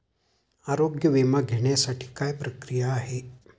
आरोग्य विमा घेण्यासाठी काय प्रक्रिया आहे?